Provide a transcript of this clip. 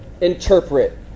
interpret